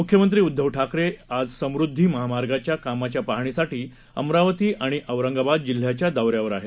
मुख्यमंत्री उद्धव ठाकरे आज समृद्धी महामार्गाच्या कामाच्या पाहणीसाठी अमरावती आणि औरंगाबाद जिल्ह्याच्या दौऱ्यावर आहेत